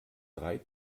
drei